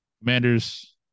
Commanders